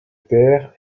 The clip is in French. père